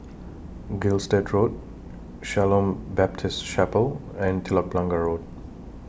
Gilstead Road Shalom Baptist Chapel and Telok Blangah Road